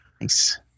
Nice